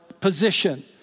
position